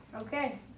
okay